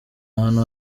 ahantu